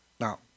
Now